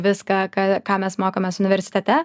viską ką ką mes mokomės universitete